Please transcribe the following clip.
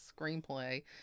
screenplay